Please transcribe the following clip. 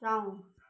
जाऊँ